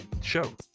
show